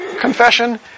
confession